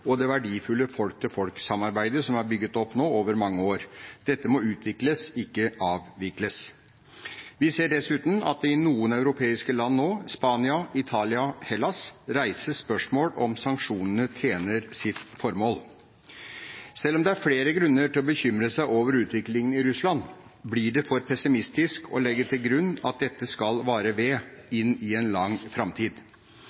og det verdifulle folk-til-folk-samarbeidet, som er bygget opp over mange år. Dette må utvikles, ikke avvikles. Vi ser dessuten at det i noen europeiske land nå, Spania, Italia, Hellas, reises spørsmål om hvorvidt sanksjonene tjener sitt formål. Selv om det er flere grunner til å bekymre seg over utviklingen i Russland, blir det for pessimistisk å legge til grunn at dette skal vare ved inn i en lang framtid.